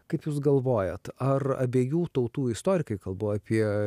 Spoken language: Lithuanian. kaip jūs galvojat ar abiejų tautų istorikai kalbu apie